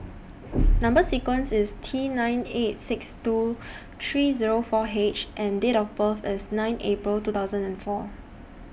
Number sequence IS T nine eight six two three Zero four H and Date of birth IS nine April two thousand and four